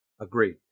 Agreed